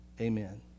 Amen